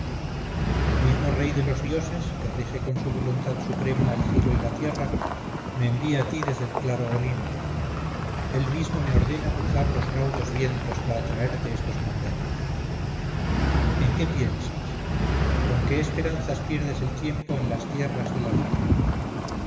el mismo rey de los dioses que rige con su voluntad suprema el cielo y la tierra me envía a ti desde el claro olimpo él mismo me ordena cruzar los raudos vientos para traerte estos mandatos en qué piensas con que esperanzas pierdes el tiempo en las tierras de la